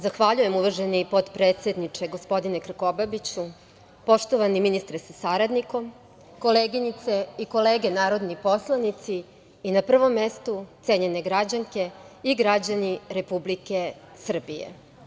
Zahvaljujem, uvaženi potpredsedniče, gospodine Krkobabiću, poštovani ministre sa saradnikom, koleginice i kolege narodni poslanici, i na prvom mestu cenjene građanke i građani Republike Srbije.